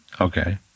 Okay